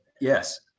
Yes